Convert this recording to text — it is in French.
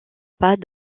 pas